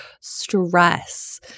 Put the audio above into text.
stress